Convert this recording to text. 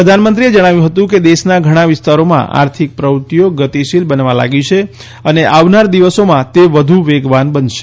પ્રધાનમંત્રીએ જણાવ્યું હતું કે દેશના ઘણાં વિસ્તારોમાં આર્થિક પ્રવૃત્તિઓ ગતિશીલ બનવા લાગી છે અને આવનાર દિવસોમાં તે વધુ વેગવાન બનશે